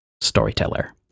storyteller